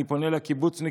אני פונה לקיבוצניקים,